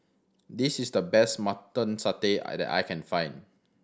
this is the best Mutton Satay I that I can find